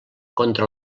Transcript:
contra